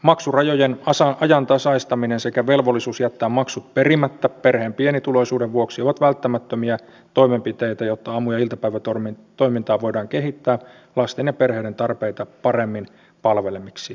maksurajojen ajantasaistaminen sekä velvollisuus jättää maksut perimättä perheen pienituloisuuden vuoksi ovat välttämättömiä toimenpiteitä jotta aamu ja iltapäivätoimintaa voidaan kehittää lasten ja perheiden tarpeita paremmin palveleviksi palveluiksi